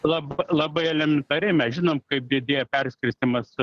lab labai elementariai mes žinome kaip didėjo perskirstymas